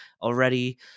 already